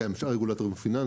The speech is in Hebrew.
גם עם שאר הרגולטורים הפיננסיים,